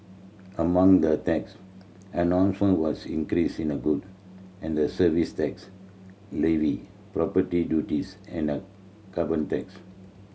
among the tax announcements were an increase in the goods and Services Tax levy property duties and a carbon tax